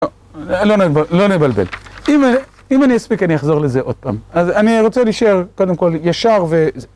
לא נבלבל, אם אני אספיק אני אחזור לזה עוד פעם, אז אני רוצה להישאר קודם כל ישר ו...